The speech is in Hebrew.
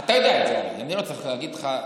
אתה יודע את זה, אדוני, אני לא צריך להגיד לך,